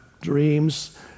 dreams